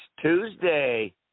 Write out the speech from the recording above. Tuesday